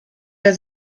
der